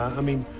i mean,